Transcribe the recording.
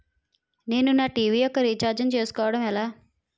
నేను నా టీ.వీ యెక్క రీఛార్జ్ ను చేసుకోవడం ఎలా?